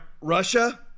Russia